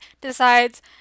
decides